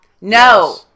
No